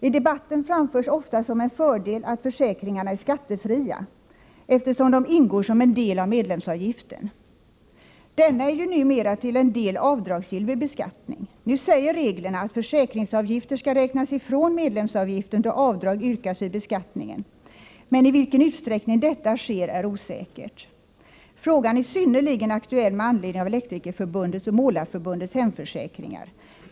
I debatten framförs ofta som en fördel att försäkringarna är skattefria eftersom de ingår som en del av medlemsavgiften. Denna är ju numera till en del avdragsgill vid beskattning. Nu säger reglerna att försäkringsavgifter skall räknas ifrån medlemsavgiften då avdrag yrkas vid beskattningen, men i vilken utsträckning detta sker är osäkert. Frågan är synnerligen aktuell med anledning av Elektrikerförbundets och Målareförbundets hemförsäkringar.